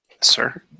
Sir